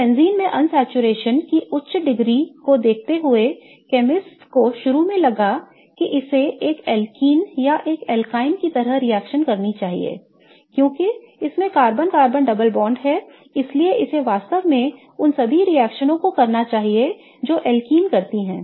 तो बेंजीन में अनसैचुरेशन की उच्च डिग्री को देखते हुए केमिस्टों को शुरू में लगा कि इसे एक alkene या एक alkyne की तरह रिएक्शन करनी चाहिए I क्योंकि इसमें कार्बन कार्बन डबल बॉन्ड है इसलिए इसे वास्तव में उन सभी रिएक्शनओं को करना चाहिए जो alkene करते हैं